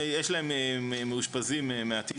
יש להם מאושפזים מעטים,